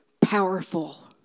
Powerful